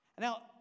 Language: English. Now